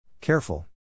Careful